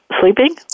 sleeping